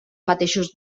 mateixos